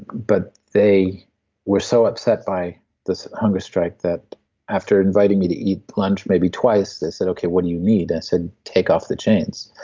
but they were so upset by this hunger strike that after inviting me to eat lunch maybe twice, they said okay, what do you need? i said, take off the chains.